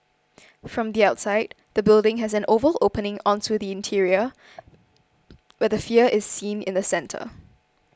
from the outside the building has an oval opening onto the interior where the sphere is seen in the centre